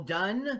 done